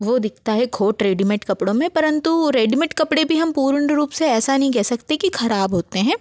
वो दिखता हे खोट रेडीमेट कपड़ों में परंतु रेडीमेट कपड़े भी हम पूर्ण रूप से ऐसा नहीं कह सकते कि खराब होते हैं